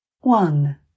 One